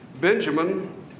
Benjamin